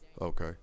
Okay